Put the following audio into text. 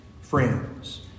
friends